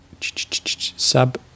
Sub